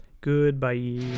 Goodbye